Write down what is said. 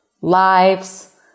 lives